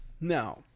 Now